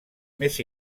més